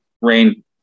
rain